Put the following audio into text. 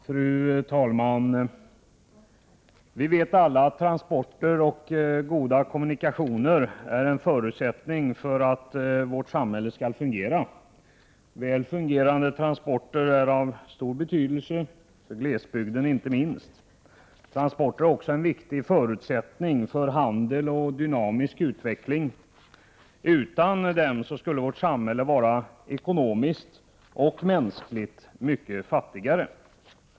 Fru talman! Vi vet alla att transporter och goda kommunikationer är en förutsättning för att vårt samhälle skall fungera. Väl fungerande transporter är av stor betydelse inte minst för glesbygden. Transporter är också en viktig förutsättning för handel och dynamisk utveckling. Utan transporterna skulle vårt samhälle vara ekonomiskt och mänskligt mycket fattigare.